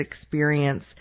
experience